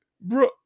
bro